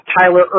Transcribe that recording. Tyler